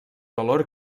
valor